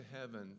heaven